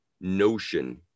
notion